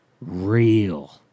real